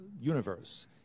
universe